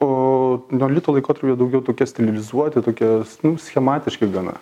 o neolito laikotarpiu daugiau tokie stilizuoti tokie nu schematiški gana